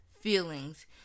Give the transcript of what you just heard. feelings